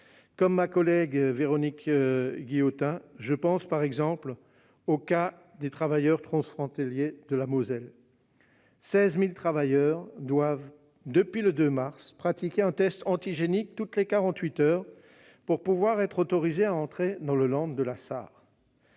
Comme ma collègue Véronique Guillotin, je pense au cas des travailleurs transfrontaliers de la Moselle. Ainsi, 16 000 travailleurs doivent, depuis le 2 mars, pratiquer un test antigénique toutes les quarante-huit heures pour être autorisés à entrer dans le Land de la Sarre.